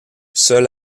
seul